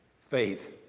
Faith